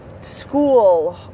school